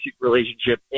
relationship